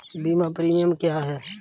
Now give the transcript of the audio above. बीमा प्रीमियम क्या है?